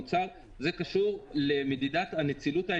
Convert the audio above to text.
זה לא קשור לבטיחות המוצר.